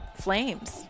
flames